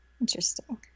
Interesting